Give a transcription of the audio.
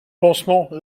pansement